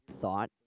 thought